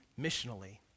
missionally